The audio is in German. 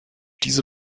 diese